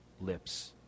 lips